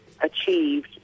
achieved